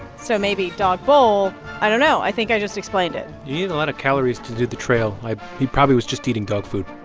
so maybe dog bowl i don't know. i think i just explained it you need a lot of calories to do the trail he probably was just eating dog food